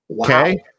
Okay